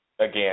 again